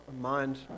mind